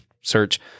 Search